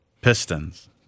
Pistons